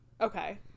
Okay